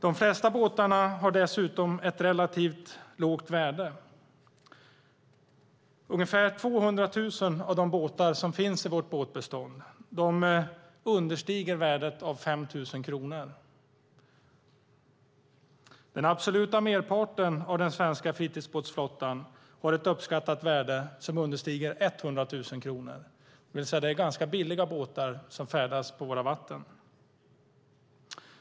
De flesta av båtarna har dessutom ett relativt lågt värde. Ungefär 200 000 av de båtar som finns i vårt båtbestånd understiger ett värde av 5 000 kronor. Den absoluta merparten av den svenska fritidsbåtsflottan har ett uppskattat värde som understiger 100 000 kronor. Det är alltså ganska billiga båtar som färdas på våra vatten.